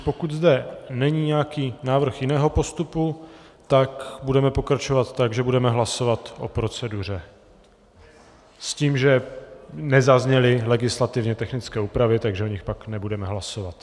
Pokud zde není nějaký návrh jiného postupu, budeme pokračovat tak, že budeme hlasovat o proceduře, s tím, že nezazněly legislativně technické úpravy, takže o nich pak nebudeme hlasovat.